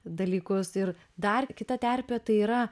dalykus ir dar kita terpė tai yra